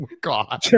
God